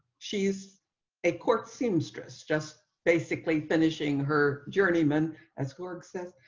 she's a court seamstress just basically finishing her journey men as scoring says,